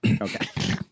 okay